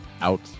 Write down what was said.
out